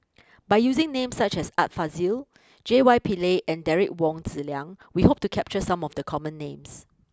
by using names such as Art Fazil J Y Pillay and Derek Wong Zi Liang we hope to capture some of the common names